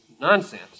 nonsense